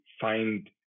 find